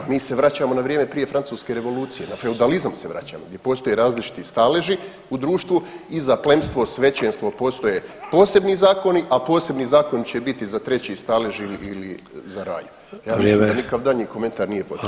Pa mi se vraćamo na vrijem prije Francuske revolucije, na feudalizam se vraćamo gdje postoje različiti staleži u društvu i sa plemstvo, svećenstvo postoje posebni zakoni, a posebni zakoni će biti za treći stalež ili za raj [[Upadica Sanader: Vrijeme.]] ja mislim da nikakav daljnji komentar nije potreban.